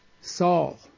Saul